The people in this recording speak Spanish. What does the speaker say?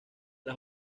las